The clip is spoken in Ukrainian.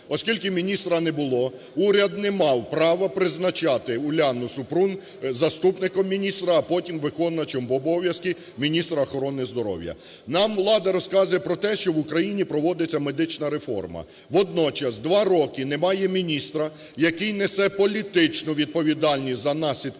Оскільки міністра не було, уряд не мав права призначати Уляну Супрун заступником міністра, а потім виконувачем обов'язки міністра охорони здоров'я. Нам влада розказує про те, що в Україні проводиться медична реформа. Водночас два роки немає міністра, який несе політичну відповідальність за наслідки